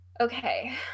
Okay